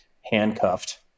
handcuffed